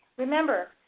remember,